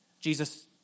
Jesus